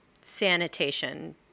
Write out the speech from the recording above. sanitation